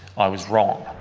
i was wrong.